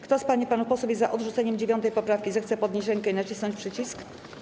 Kto z pań i panów posłów jest za odrzuceniem 9. poprawki, zechce podnieść rękę i nacisnąć przycisk.